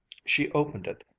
she opened it,